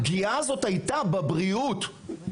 הפגיעה הזאת היא בבריאות, בחיים,